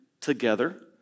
together